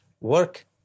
work